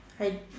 high